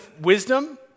wisdom